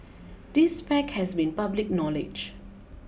this fact has been public knowledge